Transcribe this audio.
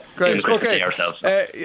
Okay